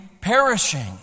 perishing